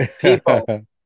People